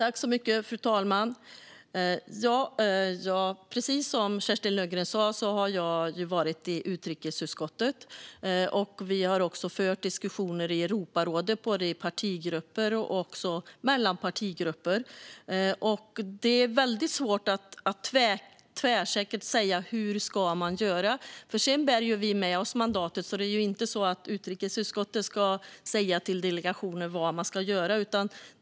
Fru talman! Precis som Kerstin Lundgren sa har jag varit i utrikesutskottet, och vi har också fört diskussioner i Europarådet, både inom och mellan partigrupper. Det är väldigt svårt att tvärsäkert säga hur man ska göra. Vi bär med oss mandatet, så det är inte så att utrikesutskottet ska säga till delegationen vad vi ska göra.